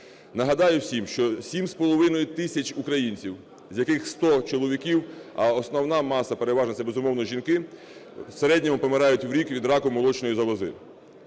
Нагадаю всім, що сім з половиною тисяч українців, з яких 100 чоловіків, а основна маса переважно це, безумовно, жінки, в середньому помирають в рік від раку молочної залози.